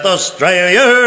Australia